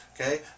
Okay